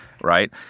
right